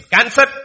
Cancer